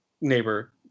neighbor